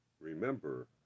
Remember